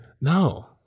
No